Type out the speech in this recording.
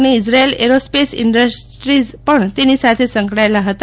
અને Israel aerospace industries પણ તેની સાથે સંકળાયેલા હતા